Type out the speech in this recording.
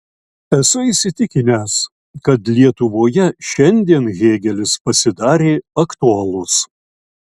esu įsitikinęs kad lietuvoje šiandien hėgelis pasidarė aktualus